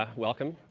ah welcome.